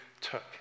took